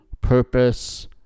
purpose